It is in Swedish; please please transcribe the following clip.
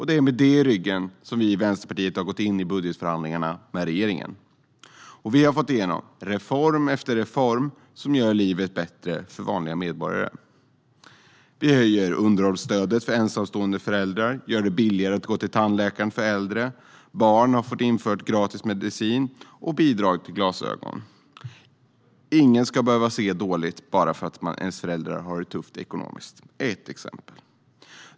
Det är med detta i ryggen vi i Vänsterpartiet har gått in i budgetförhandlingar med regeringen, och vi har fått igenom reform efter reform som gör livet bättre för vanliga medborgare. Vi höjer underhållsstödet för ensamstående föräldrar, och vi gör det billigare för äldre att gå till tandläkaren. För barn har vi infört gratis medicin och bidrag till glasögon. Ingen ska behöva se dåligt bara för att ens föräldrar har det tufft ekonomiskt. Det är ett exempel.